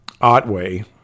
Otway